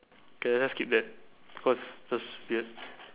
K let's skip that cause that's weird